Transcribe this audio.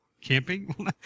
Camping